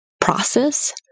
process